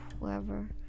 whoever